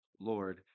Lord